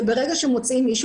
וברגע שמוצאים מישהו,